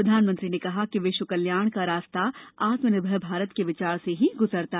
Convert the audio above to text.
प्रधानमंत्री ने कहा कि विश्व कल्याण का रास्ता आत्मनिर्भर भारत के विचार से ही गुजरता